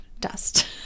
dust